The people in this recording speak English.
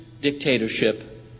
dictatorship